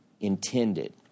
intended